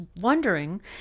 wondering